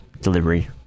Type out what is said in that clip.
delivery